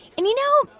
and, you know,